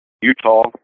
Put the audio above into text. Utah